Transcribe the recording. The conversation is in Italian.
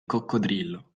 coccodrillo